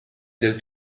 del